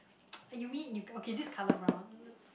eh you mean you okay this colour brown